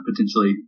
potentially